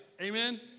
Amen